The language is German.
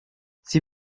sie